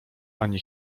ani